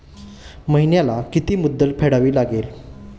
महिन्याला किती मुद्दल फेडावी लागेल?